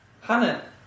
Hannah